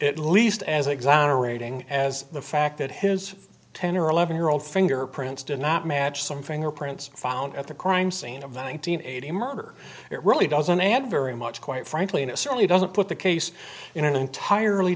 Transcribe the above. at least as exonerating as the fact that his ten or eleven year old fingerprints did not match some fingerprints found at the crime scene of the one nine hundred eighty murder it really doesn't add very much quite frankly and it certainly doesn't put the case in the entirely